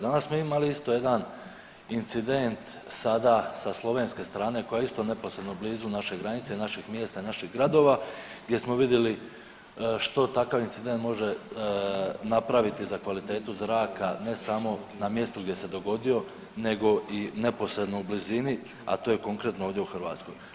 Danas smo imali isto jedan incident sada sa slovenske strane koja je isto neposredno blizu naše granice, naših mjesta i naših gradova gdje smo vidjeli što takav incident može napraviti za kvalitetu zraka ne samo na mjestu gdje se dogodio nego i neposredno u blizinu, a to je konkretno ovdje u Hrvatskoj.